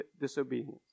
disobedience